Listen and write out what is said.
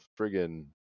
friggin